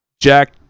Jack